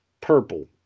purple